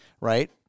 right